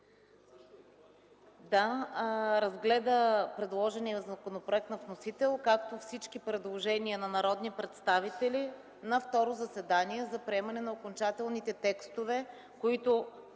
разгледа предложения законопроект на вносителя, както и всички предложения на народни представители на второ заседание за приемане на окончателните текстове, които